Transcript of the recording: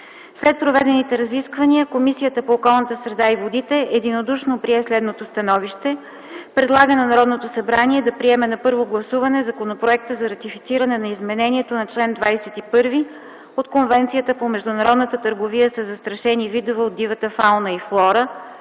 След проведените разисквания Комисията по околната среда и водите единодушно прие следното становище: Предлага на Народното събрание да приеме на първо гласуване Законопроекта за ратифициране на изменението на чл. ХХІ от Конвенцията по международната търговия със застрашени видове от дивата фауна и флора